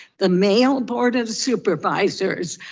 the male board of supervisors,